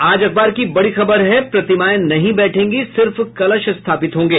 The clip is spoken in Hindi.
आज अखबार की बड़ी खबर है प्रतिमाएं नहीं बैठेंगी सिर्फ कलश स्थापित होंगे